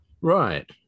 right